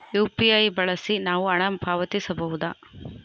UPI ಬಳಸಿ ನಾವು ಹಣ ಪಾವತಿಸಬಹುದಾ?